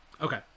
Okay